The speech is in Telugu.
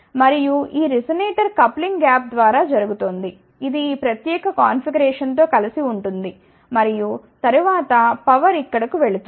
మరియు ఈ రెసొనేటర్ కప్లింగ్ గ్యాప్ ద్వారా జరుగుతోంది ఇది ఈ ప్రత్యేక కాన్ఫిగరేషన్తో కలిసి ఉంటుంది మరియు తరువాత పవర్ ఇక్కడ కు వెళుతుంది